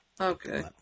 Okay